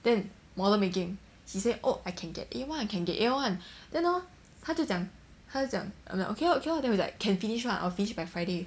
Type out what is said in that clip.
then model making he said oh I can get A [one] I can get A [one] then hor 他就讲他就讲 I'm like okay okay lor can finish [one] I'll finish it by friday